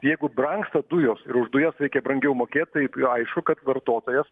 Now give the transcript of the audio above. jeigu brangsta dujos ir už dujas reikia brangiau mokėt taip jau aišku kad vartotojas